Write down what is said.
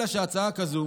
אלא שהצעה כזאת